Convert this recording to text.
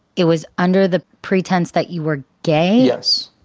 it was under the pretense that you were gay? yes